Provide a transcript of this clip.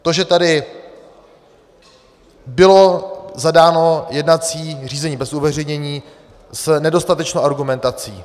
To, že tady bylo zadáno jednací řízení bez uveřejnění s nedostatečnou argumentací.